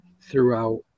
throughout